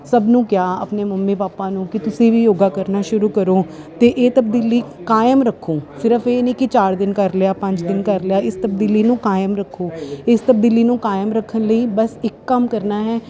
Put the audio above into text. ਸਭ ਨੂੰ ਕਿਹਾ ਆਪਣੇ ਮੰਮੀ ਪਾਪਾ ਨੂੰ ਕਿ ਤੁਸੀਂ ਵੀ ਯੋਗਾ ਕਰਨਾ ਸ਼ੁਰੂ ਕਰੋ ਅਤੇ ਇਹ ਤਬਦੀਲੀ ਕਾਇਮ ਰੱਖੋ ਸਿਰਫ਼ ਇਹ ਨਹੀਂ ਕਿ ਚਾਰ ਦਿਨ ਕਰ ਲਿਆ ਪੰਜ ਦਿਨ ਕਰ ਲਿਆ ਇਸ ਤਬਦੀਲੀ ਨੂੰ ਕਾਇਮ ਰੱਖੋ ਇਸ ਤਬਦੀਲੀ ਨੂੰ ਕਾਇਮ ਰੱਖਣ ਲਈ ਬਸ ਇੱਕ ਕੰਮ ਕਰਨਾ ਹੈ